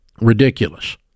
ridiculous